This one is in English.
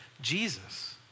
Jesus